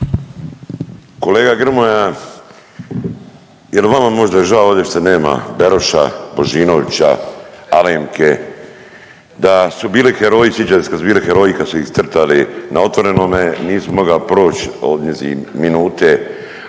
Kolega Grmoja je li vama možda žao ovdje što nema Beroša, Božinovića, Alemke, da su bili heroji, sićate se kad su bili heroji kad su ih crtali na Otvorenome, nisi moga proć minute,